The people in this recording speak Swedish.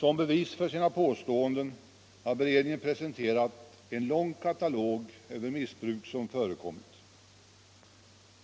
Som bevis för sina påståenden har beredningen presenterat en lång katalog över missbruk som har förekommit.